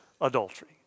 adultery